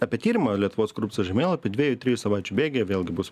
apie tyrimą lietuvos korupcijos žemėlapį dviejų trijų savaičių bėgyje vėlgi bus